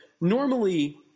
normally